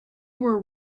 were